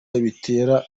bitera